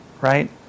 right